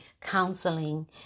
counseling